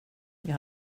jag